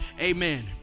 Amen